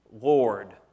Lord